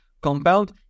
Compound